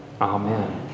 Amen